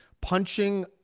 punching